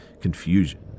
confusion